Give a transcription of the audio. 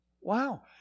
Wow